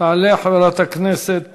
תעלה חברת הכנסת